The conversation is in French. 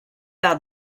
par